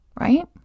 Right